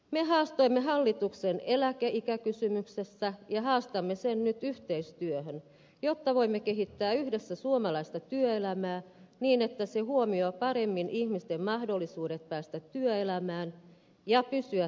me haastoimme hallituksen eläkeikäkysymyksessä ja haastamme sen nyt yhteistyöhön jotta voimme kehittää yhdessä suomalaista työelämää niin että se huomioi paremmin ihmisten mahdollisuudet päästä työelämään ja pysyä työelämässä